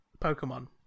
Pokemon